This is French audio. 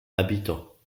habitants